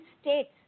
states